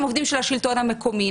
הם עובדים של השלטון המקומי.